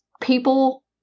people